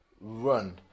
run